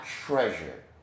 treasure